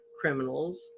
criminals